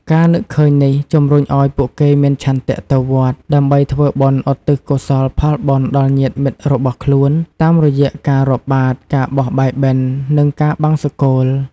ការនឹកឃើញនេះ ជំរុញឲ្យពួកគេមាន ឆន្ទៈទៅវត្ត ដើម្បីធ្វើបុណ្យឧទ្ទិសកុសលផលបុណ្យដល់ញាតិមិត្តរបស់ខ្លួន តាមរយៈការរាប់បាត្រ ការបោះបាយបិណ្ឌ និងការបង្សុកូល។